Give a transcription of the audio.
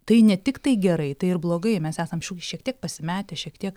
tai ne tiktai gerai tai ir blogai mes esam šiek tiek pasimetę šiek tiek